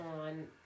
on